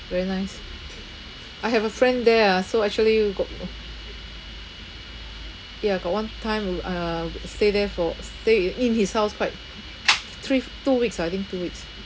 very nice I have a friend there ah so actually got ya got one time we uh we stay there for stay i~ in his house quite three two weeks ah I think two weeks